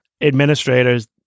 administrators